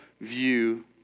view